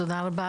תודה רבה,